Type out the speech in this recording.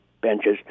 benches